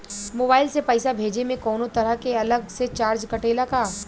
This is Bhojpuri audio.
मोबाइल से पैसा भेजे मे कौनों तरह के अलग से चार्ज कटेला का?